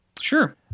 Sure